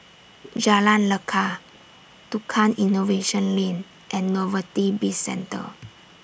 Jalan Lekar Tukang Innovation Lane and Novelty Bizcentre